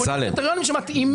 בודק קריטריונים שמתאימים.